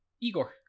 Igor